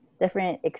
different